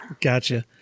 Gotcha